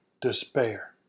despair